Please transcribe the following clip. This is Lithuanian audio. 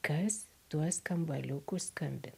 kas tuo skambaliuku skambin